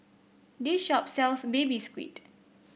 this shop sells Baby Squid